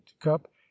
cup